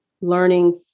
learning